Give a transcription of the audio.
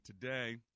today